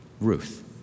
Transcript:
Ruth